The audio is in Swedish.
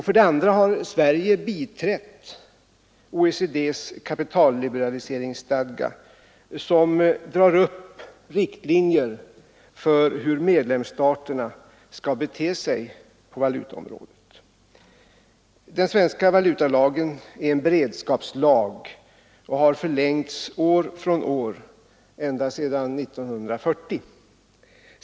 För det andra har Sverige biträtt OECD:s kapitalliberaliseringsstadga, som drar upp riktlinjer för hur medlemsstaterna skall bete sig på valutaområdet. Den svenska valutalagen är en beredskapslag och har förlängts år från år ända sedan 1940.